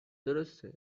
درسته